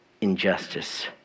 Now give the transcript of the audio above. injustice